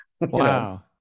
wow